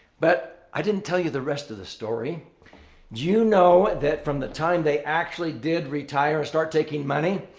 but i didn't tell you the rest of the story. do you know that from the time they actually did retire and start taking money,